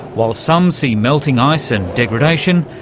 while some see melting ice and degradation,